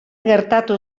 gertatu